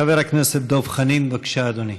חבר הכנסת דב חנין, בבקשה, אדוני.